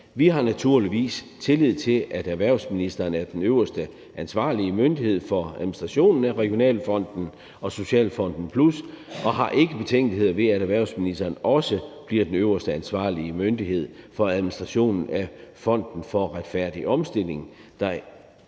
Vi har naturligvis tillid til, at erhvervsministeren er den øverste ansvarlige myndighed for administrationen af Regionalfonden og Socialfonden Plus, og har ingen betænkeligheder ved, at erhvervsministeren også bliver den øverste ansvarlige myndighed for administrationen af Fonden for Retfærdig Omstilling, der